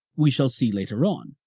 we shall see later on.